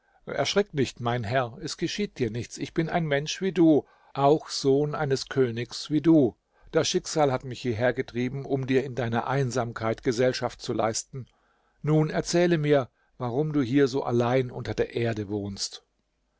erschrick nicht mein herr es geschieht dir nichts ich bin ein mensch wie du auch sohn eines königs wie du das schicksal hat mich hierhergetrieben um dir in deiner einsamkeit gesellschaft zu leisten nun erzähle mir warum du hier so allein unter der erde wohnst